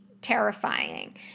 terrifying